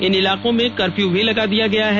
इन इलाकों में कर्फ्यू भी लगा दिया गया है